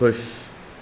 खु़शि